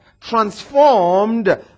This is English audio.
Transformed